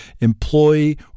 employee